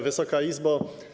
Wysoka Izbo!